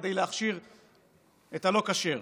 כדי להכשיר את הלא-כשר.